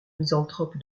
misanthrope